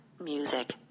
music